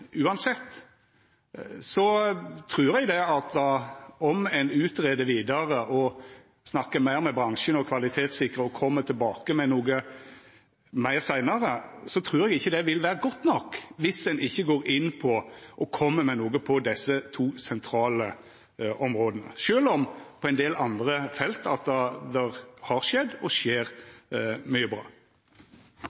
trur eg ikkje at det vil vera godt nok om ein utgreier vidare og snakkar meir med bransjen og kvalitetssikrar og kjem tilbake med noko meir seinare, dersom ein ikkje går inn på og kjem med noko på desse to sentrale områda, sjølv om det på ein del andre felt har skjedd og skjer